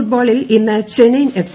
ഫുട്ബോളിൽ ഇന്ന് ചെന്നൈയിൻ എഫ്